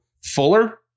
Fuller